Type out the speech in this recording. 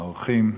האורחים,